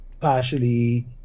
partially